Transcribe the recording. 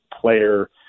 player